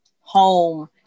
home